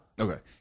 Okay